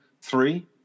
Three